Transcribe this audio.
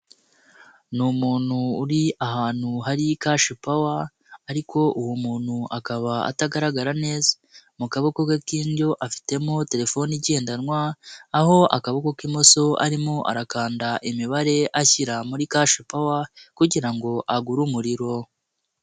Ni umuntu uri ahantu hari Cash Power ariko uwo muntu akaba atagaragara neza, mu kaboko ke k'indyo afitemo telefone igendanwa, aho akaboko k'imoso arimo arakanda imibare ashyira muri Cash Power kugira ngo agure umuriro.